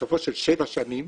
בסופם של שבע שנים,